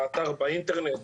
באתר באינטרנט,